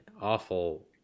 awful